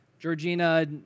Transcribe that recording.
Georgina